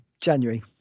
January